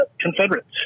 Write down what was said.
Confederates